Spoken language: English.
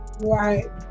right